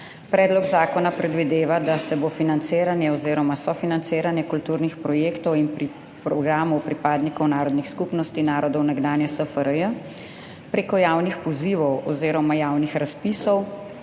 Predlog zakona predvideva, da se bo financiranje oziroma sofinanciranje kulturnih projektov in programov pripadnikov narodnih skupnosti narodov nekdanje SFRJ prek javnih pozivov oziroma javnih razpisov